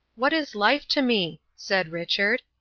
what is life to me? said richard.